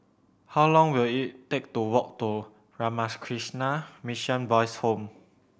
how long will it take to walk to Ramakrishna Mission Boys' Home